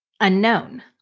unknown